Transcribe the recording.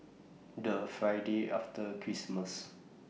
The Friday after Christmas